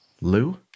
Lou